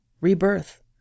rebirth